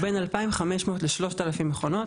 הוא בין 2,500 ל-3,000 מכונות.